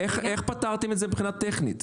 איך פתרתם את זה מבחינה טכנית?